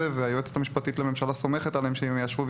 והיועצת המשפטית לממשלה סומכת עליהם שהם יאשרו,